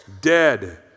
dead